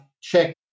check